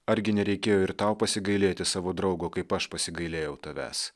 argi nereikėjo ir tau pasigailėti savo draugo kaip aš pasigailėjau tavęs